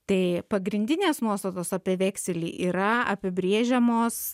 tai pagrindinės nuostatos apie vekselį yra apibrėžiamos